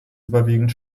überwiegend